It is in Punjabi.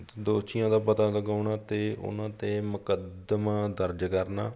ਦੋਸ਼ੀਆਂ ਦਾ ਪਤਾ ਲਗਾਉਣਾ ਅਤੇ ਉਹਨਾਂ 'ਤੇ ਮੁਕੱਦਮਾ ਦਰਜ ਕਰਨਾ